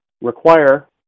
require